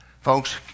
Folks